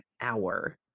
hour